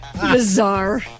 Bizarre